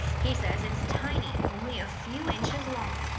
he says it's tiny only a few inches long.